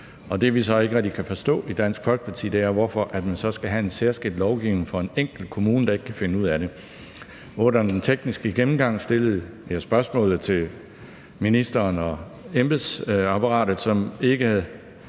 det, vi så ikke rigtig kan forstå i Dansk Folkeparti, er, hvorfor man så skal have en særskilt lovgivning for en enkelt kommune, der ikke kan finde ud af det. Under den tekniske gennemgang stillede jeg spørgsmålet til ministeren og embedsapparatet, som ikke kunne